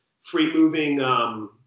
free-moving